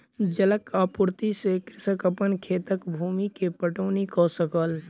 जलक आपूर्ति से कृषक अपन खेतक भूमि के पटौनी कअ सकल